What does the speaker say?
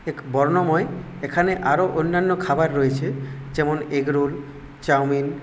এক বর্ণময় এখানে আরো অন্যান্য খাবার রয়েছে যেমন এগরোল চাউমিন